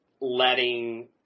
letting